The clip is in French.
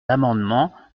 l’amendement